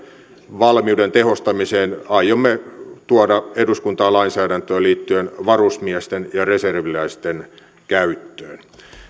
valmiuden tehostamiseen aiomme tuoda eduskuntaan lainsäädäntöä liittyen varusmiesten ja reserviläisten käyttöön